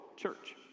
church